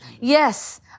Yes